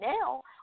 now